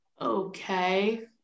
Okay